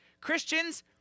Christians